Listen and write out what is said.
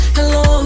Hello